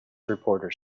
reporters